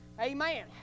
Amen